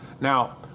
Now